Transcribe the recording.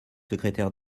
secrétaire